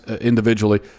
individually